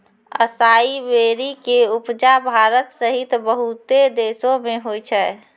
असाई वेरी के उपजा भारत सहित बहुते देशो मे होय छै